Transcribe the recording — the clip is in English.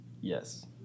Yes